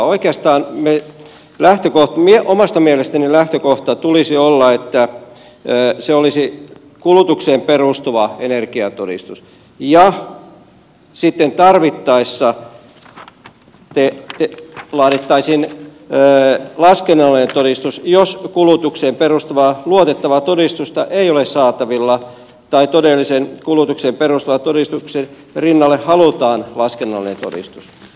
oikeastaan omasta mielestäni lähtökohdan tulisi olla että se olisi kulutukseen perustuva energiatodistus ja sitten tarvittaessa laadittaisiin laskennallinen todistus jos kulutukseen perustuvaa luotettavaa todistusta ei ole saatavilla tai todelliseen kulutukseen perustuvan todistuksen rinnalle halutaan myös laskennallinen todistus